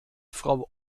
frau